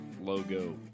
logo